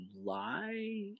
July